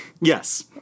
yes